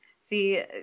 See